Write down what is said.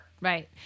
Right